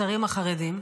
השרים החרדים,